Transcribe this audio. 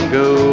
go